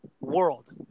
World